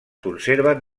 conserven